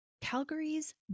Calgary's